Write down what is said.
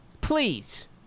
Please